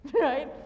right